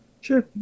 Sure